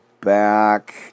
back